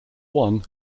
one